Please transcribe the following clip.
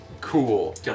Cool